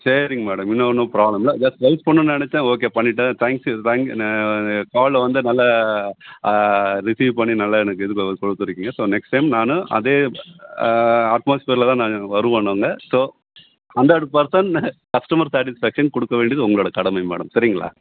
சரிங்க மேடம் இன்னும் ஒன்றும் ப்ராப்ளம் இல்லை ஜஸ்ட் ஹெல்ப் பண்ணணும் நினச்சேன் ஓகே பண்ணிவிட்டேன் தேங்க்ஸ் தேங்க் காலில் வந்து நல்லா ரிசீவ் பண்ணி நல்லா எனக்கு இது கொடுத்துருக்கீங்க ஸோ நெக்ஸ்ட் டைம் நானும் அதே அட்மாஸஃபியரில் தான் நான் வருவோம் நாங்கள் so hundred percent customer satisfaction கொடுக்க வேண்டியது உங்களோடய கடமை மேடம் சரிங்களா